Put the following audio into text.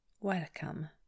Welcome